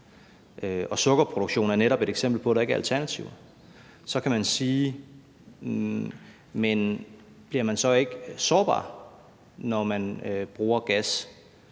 og sukkerproduktion er netop et eksempel på et område, hvor der ikke er alternativer. Så kan man sige: Bliver man så ikke sårbar, når man bruger gas